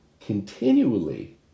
continually